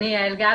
הנושא הזה.